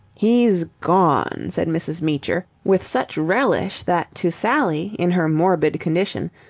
he's gone, said mrs. meecher with such relish that to sally, in her morbid condition,